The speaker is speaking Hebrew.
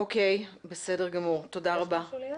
אוקיי, בסדר גמור, תודה רבה.